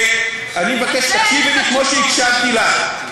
אני מבקש שתקשיבי לי כמו שהקשבתי לך.